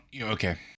Okay